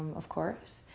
of course.